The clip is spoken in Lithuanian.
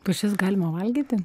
pušis galima valgyti